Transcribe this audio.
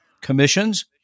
commissions